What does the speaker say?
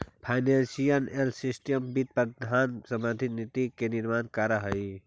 financial analyst वित्त प्रबंधन संबंधी नीति के निर्माण करऽ हइ